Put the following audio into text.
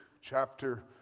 chapter